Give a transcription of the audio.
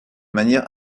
manière